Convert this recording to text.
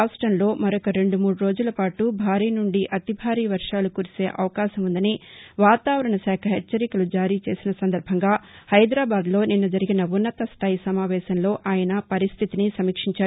రాష్ట్రంలో మరొక రెండు మూడు రోజులపాటు భారీ నుండి అతి భారీ వర్వాలు కురిసే అవకాశం ఉందని వాతావరణ శాక హెచ్చరికలు జారీ చేసిన సందర్బంగా హైదరాబాదులో నిన్న జరిగిన ఉన్నతస్థాయా సమావేశంలో ఆయన పరిస్టితిని సమీక్షించారు